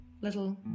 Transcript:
little